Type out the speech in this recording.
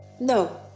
No